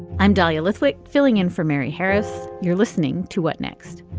i'm dahlia lithwick filling in for mary harris. you're listening to what next.